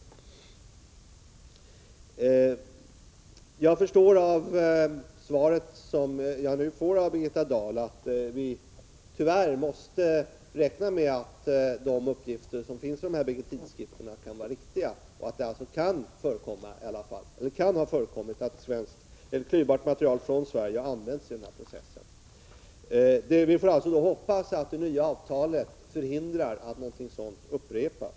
iv ; Re ST Om åtgärder för att Jag förstår av svaret som jag nu fått av Birgitta Dahl att vi tyvärr måste N EE 5 z i j ÄRR hindra indirekt anräkna med att de uppgifter som finns i dessa bägge tidskrifter kan vara riktiga vändning av svenskt och att det kan ha förekommit att klyvbart material från Sverige har använts i Nar ; e 5 utbränt kärnbränsle i denna process. Vi får alltså hoppas att det nya avtalet förhindrar att något kärnvapenframställsådant upprepas.